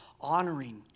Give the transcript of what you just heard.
honoring